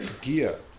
gear